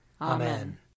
Amen